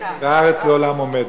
והארץ לעולם עומדת.